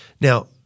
Now